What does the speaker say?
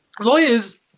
lawyers